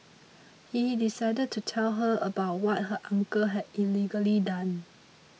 he decided to tell her about what her uncle had allegedly done